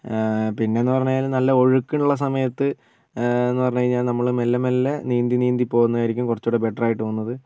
പിന്നേന്ന് പറഞ്ഞാൽ നല്ല ഒഴുക്കൊള്ള സമയത്ത് എന്ന് പറഞ്ഞ് കഴിഞ്ഞാൽ നമ്മൾ മെല്ലെ മെല്ലെ നീന്തി നീന്തി പോകുന്നതായിരിക്കും കുറച്ച് കൂടി ബെറ്ററായിട്ട് തോന്നുന്നത്